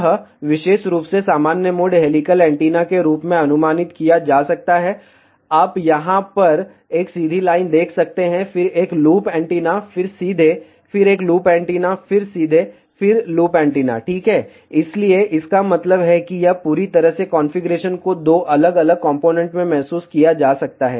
यह विशेष रूप से सामान्य मोड हेलिकल एंटीना के रूप में अनुमानित किया जा सकता है आप यहाँ पर एक सीधी लाइन देख सकते हैं फिर एक लूप एंटीना फिर सीधे फिर एक लूप एंटीना फिर सीधे फिर लूप एंटीना ठीक है इसलिए इसका मतलब है कि यह पूरी तरह से कॉन्फ़िगरेशन को दो अलग अलग कॉम्पोनेन्ट में महसूस किया जा सकता है